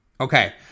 Okay